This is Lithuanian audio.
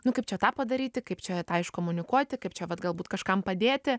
nu kaip čia tą padaryti kaip čia tą iškomunikuoti kaip čia vat galbūt kažkam padėti